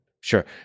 Sure